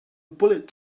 bullet